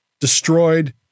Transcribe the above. destroyed